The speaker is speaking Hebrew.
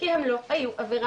כי הם לא היו עבירה,